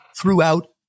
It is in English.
throughout